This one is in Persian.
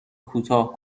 کوتاه